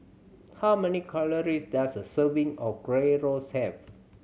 how many calories does a serving of Gyros have